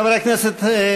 חברי הכנסת,